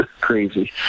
crazy